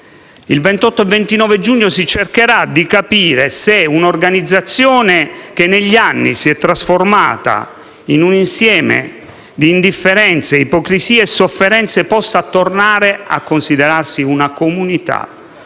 Il 28 e il 29 giugno si cercherà infatti di capire se un'organizzazione, che negli anni si è trasformata in un insieme di indifferenze, ipocrisie e sofferenze, possa tornare a considerarsi una comunità